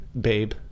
Babe